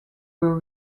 were